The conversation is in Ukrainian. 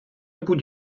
будь